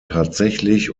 tatsächlich